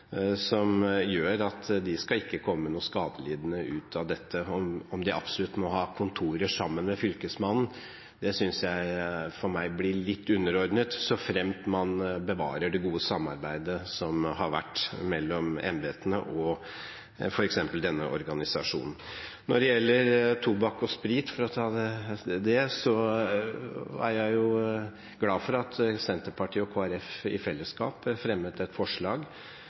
som gjør at de ikke skal komme skadelidende ut av dette. Om de absolutt må ha kontor sammen med Fylkesmannen, blir for meg litt underordnet såfremt man bevarer det gode samarbeidet som har vært mellom embetene og f.eks. denne organisasjonen. Når det gjelder tobakk og sprit, for å ta det, er jeg glad for at Senterpartiet og Kristelig Folkeparti i fellesskap fremmet et forslag